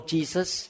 Jesus